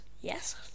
Yes